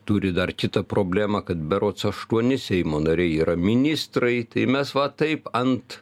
turi dar kitą problemą kad berods aštuoni seimo nariai yra ministrai tai mes va taip ant